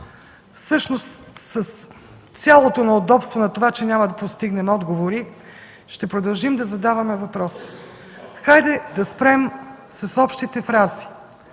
всъщност с цялото неудобство на това, че няма да постигнем отговори, ще продължим да задаваме въпроси. Хайде, да спрем с общите фрази.